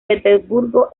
petersburgo